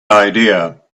idea